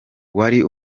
wari